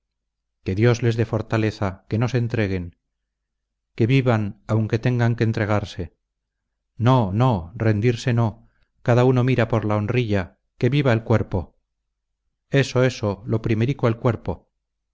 que dios les dé fortaleza que no se entreguen que vivan aunque tengan que entregarse no no rendirse no cada uno mira por la honrilla que viva el cuerpo eso eso lo primerico el cuerpo